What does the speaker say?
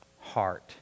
heart